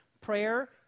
Prayer